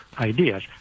ideas